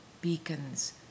beacons